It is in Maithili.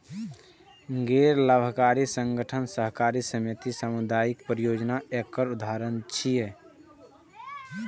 गैर लाभकारी संगठन, सहकारी समिति, सामुदायिक परियोजना एकर उदाहरण छियै